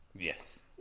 Yes